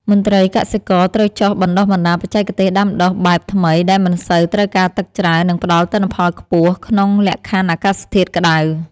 មន្ត្រីកសិកម្មត្រូវចុះបណ្តុះបណ្តាលបច្ចេកទេសដាំដុះបែបថ្មីដែលមិនសូវត្រូវការទឹកច្រើន និងផ្តល់ទិន្នផលខ្ពស់ក្នុងលក្ខខណ្ឌអាកាសធាតុក្តៅ។